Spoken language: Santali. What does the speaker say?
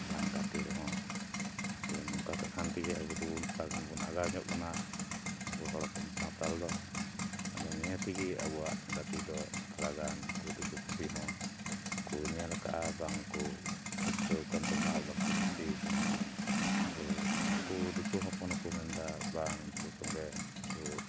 ᱵᱟᱝ ᱜᱟᱛᱮ ᱨᱮᱦᱚᱸ ᱡᱮ ᱱᱚᱝᱠᱟ ᱠᱟᱛᱷᱟ ᱛᱮᱜᱮ ᱟᱵᱚ ᱫᱚᱵᱚᱱ ᱛᱷᱚᱲᱟ ᱜᱟᱱ ᱵᱚᱱ ᱟᱜᱟᱣ ᱧᱚᱜ ᱠᱟᱱᱟ ᱟᱵᱚ ᱦᱚᱲ ᱦᱚᱯᱚᱱ ᱥᱟᱱᱛᱟᱲ ᱫᱚ ᱟᱫᱚ ᱱᱤᱭᱟᱹ ᱛᱮᱜᱮ ᱟᱵᱚᱣᱟᱜ ᱜᱟᱛᱮ ᱫᱚ ᱛᱷᱚᱲᱟᱜᱟᱱ ᱩᱱᱠᱩ ᱫᱤᱠᱩ ᱯᱩᱥᱤ ᱦᱚᱸ ᱠᱚ ᱧᱮᱞ ᱟᱠᱟᱫᱼᱟ ᱵᱟᱝ ᱠᱚ ᱨᱟᱹᱥᱠᱟᱹ ᱟᱠᱟᱱ ᱛᱟᱵᱚᱱᱟ ᱟᱨ ᱵᱟᱝ ᱠᱚ ᱠᱩᱥᱤ ᱟᱠᱟᱱᱟ ᱟᱫᱚ ᱩᱱᱠᱩ ᱫᱤᱠᱩ ᱦᱚᱯᱚᱱ ᱦᱚᱸᱠᱚ ᱢᱮᱱᱫᱟ ᱵᱟᱝ ᱩᱱᱠᱩ ᱥᱚᱸᱜᱮ ᱠᱚ